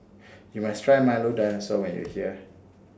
YOU must Try Milo Dinosaur when YOU here